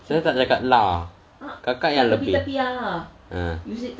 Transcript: dia tak cakap lah kakak yang lebih mm